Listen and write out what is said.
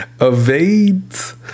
evades